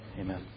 amen